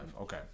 Okay